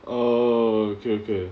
oh okay okay